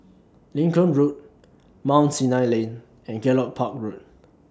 Lincoln Road Mount Sinai Lane and Gallop Park Road